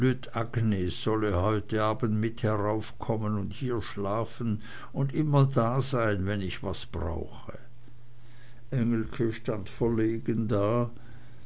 heut abend mit heraufkommen und hier schlafen und immer dasein wenn ich was brauche engelke stand verlegen da